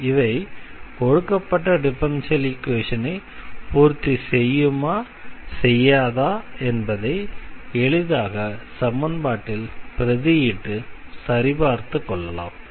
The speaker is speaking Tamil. இவை கொடுக்கப்பட்ட டிஃபரன்ஷியல் ஈக்வேஷனை பூர்த்தி செய்யுமா செய்யாதா என்பதை எளிதாக சமன்பாட்டில் பிரதியிட்டு சரி பார்த்துக் கொள்ளலாம்